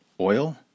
oil